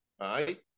right